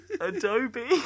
Adobe